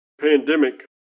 pandemic